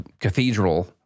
cathedral